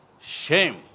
shame